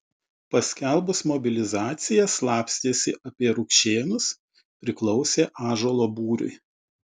paskelbus mobilizaciją slapstėsi apie rukšėnus priklausė ąžuolo būriui